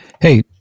Hey